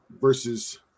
versus